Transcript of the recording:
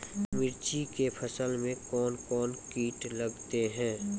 मिर्ची के फसल मे कौन कौन कीट लगते हैं?